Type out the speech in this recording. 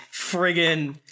friggin